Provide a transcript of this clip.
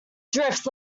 drifts